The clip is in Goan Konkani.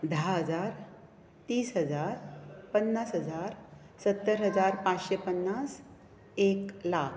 धा हजार तीस हजार पन्नास हजार सत्तर हजार पांचशें पन्नास एक लाख